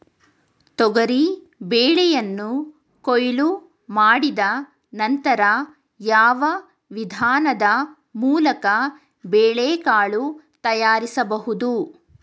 ತೊಗರಿ ಬೇಳೆಯನ್ನು ಕೊಯ್ಲು ಮಾಡಿದ ನಂತರ ಯಾವ ವಿಧಾನದ ಮೂಲಕ ಬೇಳೆಕಾಳು ತಯಾರಿಸಬಹುದು?